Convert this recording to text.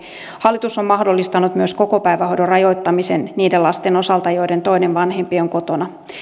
hallitus on mahdollistanut myös kokopäivähoidon rajoittamisen niiden lasten osalta joiden toinen vanhempi on kotona